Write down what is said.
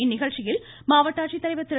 இந்நிகழ்ச்சியில் மாவட்ட ஆட்சித்தலைவர் திரு